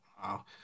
wow